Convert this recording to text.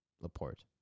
Laporte